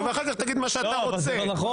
מה אתה מתערב?